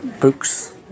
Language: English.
books